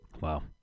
Wow